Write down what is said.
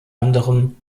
anderem